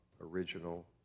original